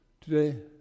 today